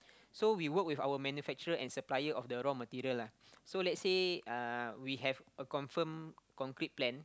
so we work with our manufacturer and supplier of the raw material lah so let's say uh we have a confirm concrete plan